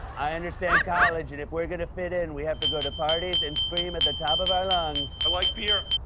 i understand college, and if we're gonna fit in, we have go to parties and scream at the top of our lungs. i like beer.